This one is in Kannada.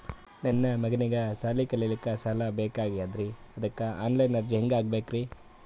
ನನ್ನ ಮಗನಿಗಿ ಸಾಲಿ ಕಲಿಲಕ್ಕ ಸಾಲ ಬೇಕಾಗ್ಯದ್ರಿ ಅದಕ್ಕ ಆನ್ ಲೈನ್ ಅರ್ಜಿ ಹೆಂಗ ಹಾಕಬೇಕ್ರಿ?